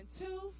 two